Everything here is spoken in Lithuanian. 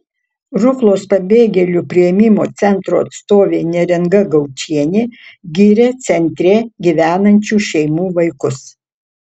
ruklos pabėgėlių priėmimo centro atstovė neringa gaučienė giria centre gyvenančių šeimų vaikus